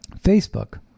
Facebook